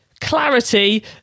clarity